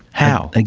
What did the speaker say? how? like